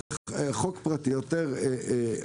חוק פרטי הוא יותר אפקטיבי.